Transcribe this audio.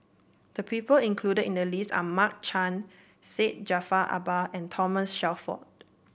the people included in the list are Mark Chan Syed Jaafar Albar and Thomas Shelford